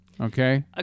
Okay